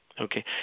Okay